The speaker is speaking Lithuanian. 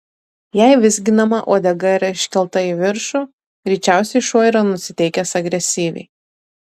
jei vizginama uodega yra iškelta į viršų greičiausiai šuo yra nusiteikęs agresyviai